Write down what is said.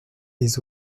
des